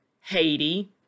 Haiti